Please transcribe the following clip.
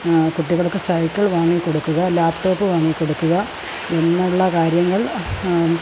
കുട്ടികൾക്ക് സൈക്കിൾ വാങ്ങി കൊടുക്കുക ലാപ്ടോപ്പ് വാങ്ങി കൊടുക്കുക എന്നുള്ള കാര്യങ്ങൾ